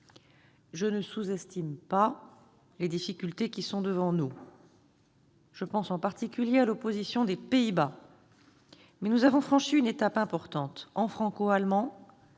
Je ne sous-estime pas les difficultés qui sont devant nous, je pense en particulier à l'opposition des Pays-Bas. Mais nous avons franchi une étape importante en franco-allemand,